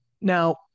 Now